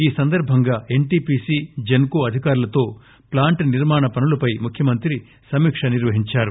ఈ సందర్బంగా N T P C జెస్ కో అధికారులతో ప్లాంట్ నిర్మాణ పనులపై ముఖ్యమంత్రి నిర్వహించారు